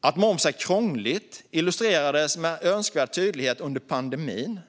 Att moms är krångligt illustrerades med all önskvärd tydlighet under pandemin.